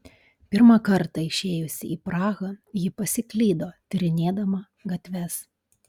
pirmą kartą išėjusi į prahą ji pasiklydo tyrinėdama gatves